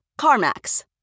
CarMax